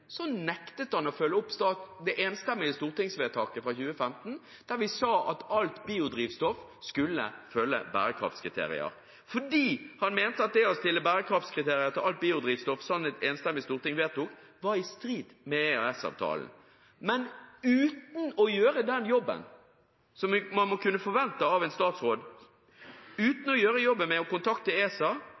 nektet han å følge opp det enstemmige stortingsvedtaket fra 2015, der vi sa at alt biodrivstoff skulle følge bærekraftskriterier, fordi han mente at det å stille bærekraftskriterier til alt biodrivstoff, som et enstemmig storting vedtok, var i strid med EØS-avtalen. Men det var uten å gjøre den jobben som man må kunne forvente av en statsråd, uten å gjøre jobben med å kontakte ESA